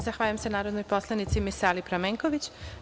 Zahvaljujem se narodnoj poslanici Misali Pramenković.